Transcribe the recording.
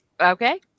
Okay